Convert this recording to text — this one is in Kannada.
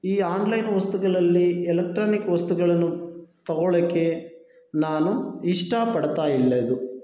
ಈ ಆನ್ಲೈನ್ ವಸ್ತುಗಳಲ್ಲಿ ಎಲೆಕ್ಟ್ರಾನಿಕ್ ವಸ್ತುಗಳನ್ನು ತೊಗೊಳೋಕ್ಕೆ ನಾನು ಇಷ್ಟಪಡ್ತಾಯಿಲ್ಲ ಇದು